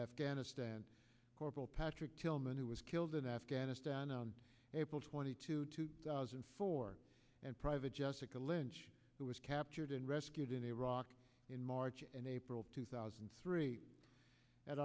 afghanistan corporal patrick tillman who was killed in afghanistan on april twenty two two thousand and four and private jessica lynch who was captured and rescued in iraq in march and april two thousand and three at